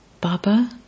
Baba